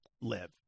live